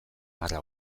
marra